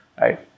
right